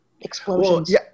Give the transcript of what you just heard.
explosions